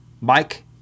Mike